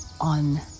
on